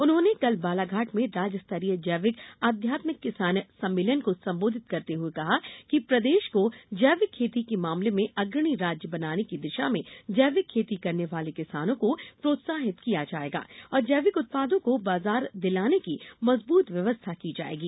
उन्होंने कल बालाघाट में राज्य स्तरीय जैविक आध्यामित्क किसान सम्मेलन को संबोधित करते हुए कहा कि प्रदेश को जैविक खेती के मामले में अग्रणी राज्य बनाने की दिशा में जैविक खेती करने वाले किसानों को प्रोत्साहित किया जायेगा और जैविक उत्पादों को बाजार दिलाने की मजबूत व्यवस्था की जायेगी